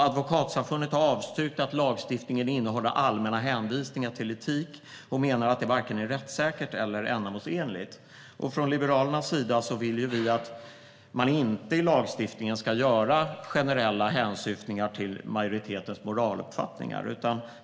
Advokatsamfundet har avstyrkt att lagstiftningen innehåller allmänna hänvisningar till etik och menar att det varken är rättssäkert eller ändamålsenligt. Från Liberalernas sida vill vi att man i lagstiftningen inte ska göra generella hänsyftningar på majoritetens moraluppfattningar.